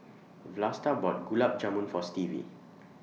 Vlasta bought Gulab Jamun For Stevie